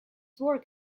work